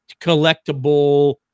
collectible